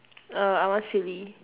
err I want silly